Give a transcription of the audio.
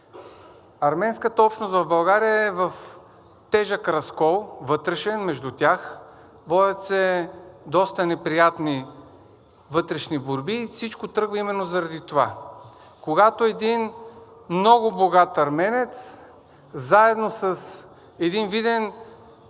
Арменската общност в България е в тежък разкол – вътрешен. Между тях се водят доста неприятни вътрешни борби и всичко тръгва именно заради това. Когато един много богат арменец заедно с един виден